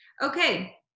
okay